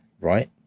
right